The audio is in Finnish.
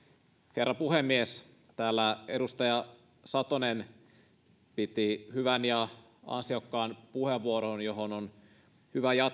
herra puhemies täällä edustaja satonen piti hyvän ja ansiokkaan puheenvuoron johon on hyvä jatkaa tämä